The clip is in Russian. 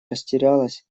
растерялась